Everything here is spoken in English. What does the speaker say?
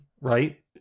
right